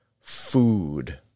Food